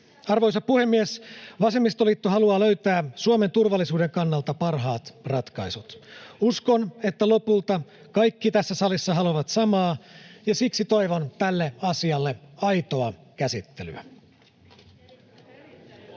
Arvoisa puhemies! Vasemmistoliitto haluaa löytää Suomen turvallisuuden kannalta parhaat ratkaisut. Uskon, että lopulta kaikki tässä salissa haluavat samaa, ja siksi toivon tälle asialle aitoa käsittelyä.